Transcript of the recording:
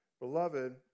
Beloved